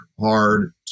hard